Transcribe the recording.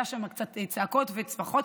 היו שם קצת צעקות וצרחות,